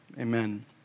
amen